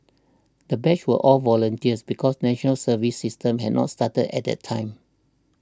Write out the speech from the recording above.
the batch were all volunteers because the National Service system had not started at the time